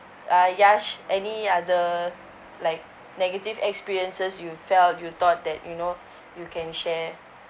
uh Yash any other like negative experiences you felt you thought that you know you can share